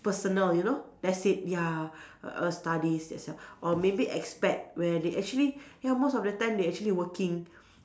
personal you know that's it ya err studies as well or maybe expat where they actually ya most of the time they actually working